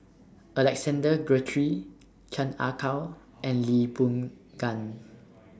Alexander Guthrie Chan Ah Kow and Lee Boon Ngan